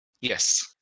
Yes